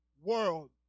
world